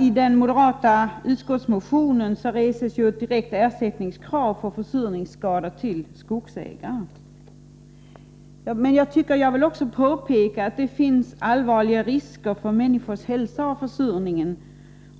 I den moderata utskottsmotionen reses t.o.m. direkta krav på ersättning till skogsägarna för försurningsskador. Jag vill påpeka att försurningen också innebär allvarliga risker för människors hälsa.